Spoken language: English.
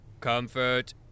comfort